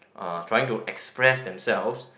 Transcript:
uh trying to express themselves